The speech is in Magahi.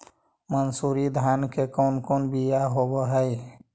मनसूरी धान के कौन कौन बियाह होव हैं?